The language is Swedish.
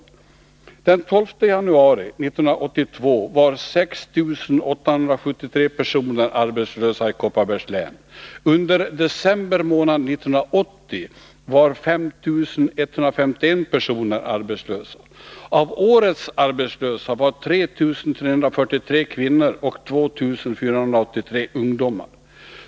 Den 12 januari 1982 var 6 873 personer arbetslösa i Kopparbergs län. Under december månad 1980 var 5151 personer arbetslösa. Av årets arbetslösa var 3 343 kvinnor och 2 483 ungdomar.